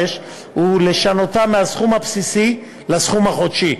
ולשנותה מ"הסכום הבסיסי" ל"הסכום החודשי".